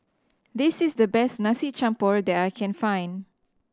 this is the best Nasi Campur that I can find